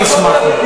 אני אשמח מאוד.